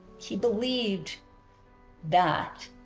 he believed that,